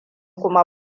kuma